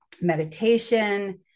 meditation